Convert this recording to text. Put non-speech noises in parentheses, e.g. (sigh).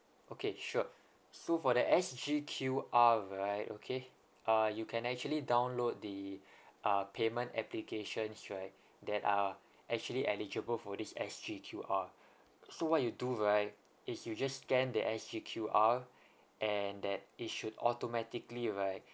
okay sure so for the S_G_Q_R right okay ah you can actually download the (breath) ah payment applications right that are actually eligible for this S_G_Q_R so what you do right is you just scan the S_G_Q_R and that it should automatically right